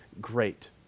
great